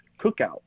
cookout